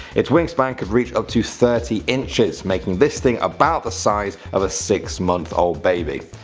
its wingspan could reach up to thirty inches making this thing about the size of a six month old baby.